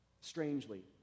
Strangely